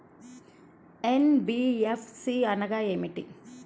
NBFC అనగా ఏమిటీ?